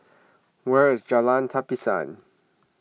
where is Jalan Tapisan